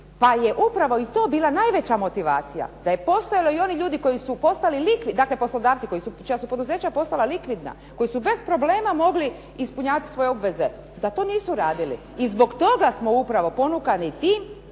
pa je to upravo bila najveća motivacija, da je postojalo onih ljudi, da su postoji poslodavci čija su poduzeća postala likvidna, koji su bez problema mogli ispunjavati svoje obveze i da to nisu radili, i zbog toga smo upravo ponukani tim